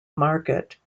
market